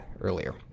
earlier